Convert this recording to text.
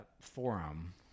forum